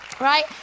right